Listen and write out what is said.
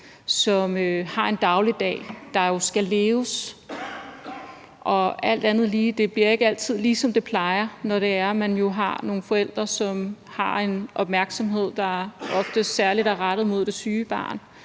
også har en dagligdag, der skal leves. Og det bliver jo alt andet lige ikke altid, ligesom det plejer, når det er sådan, at man har nogle forældre, som har en opmærksomhed, der ofte særlig er rettet mod det syge barn.